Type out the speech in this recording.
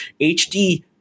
HD